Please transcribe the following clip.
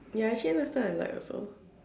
ya actually last time I like also